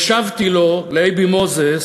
הקשבתי לו, לאייבי מוזס,